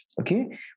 okay